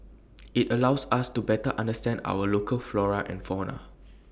IT allows us to better understand our local flora and fauna